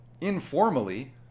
informally